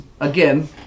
again